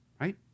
Right